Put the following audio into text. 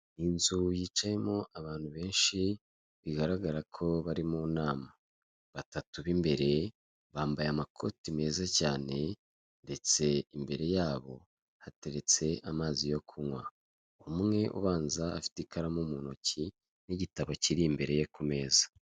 Inzu yicayemo abantu benshi bigaragara ko bari munama, batatu bimbere bambaye amakoti meza cyane ndetse imbere yabo hateretse amazi yo kunkwa, umwe ubanza afite ikaramu muntoki nigitabo kiri imbere ye kumeza.